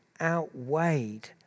outweighed